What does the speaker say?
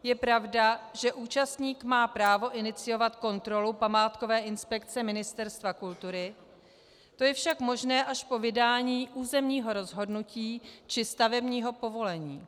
Je pravda, že účastník má právo iniciovat kontrolu památkové inspekce Ministerstva kultury, to je však možné až po vydání územního rozhodnutí či stavebního povolení.